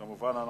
כמובן.